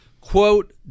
quote